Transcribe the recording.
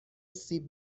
سیب